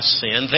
sin